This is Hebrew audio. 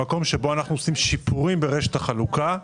במקום שבו אנחנו עושים שיפורים ברשת החלוקה,